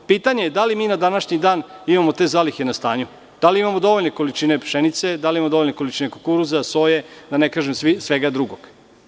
Pitanje je da li mi na današnji dan imamo te zalihe na stanju, da li imamo dovoljne količine pšenice, da li imamo dovoljne količine kukuruza, soje, da ne kažem svega drugog?